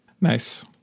Nice